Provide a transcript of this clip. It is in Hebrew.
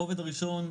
הרובד הראשון,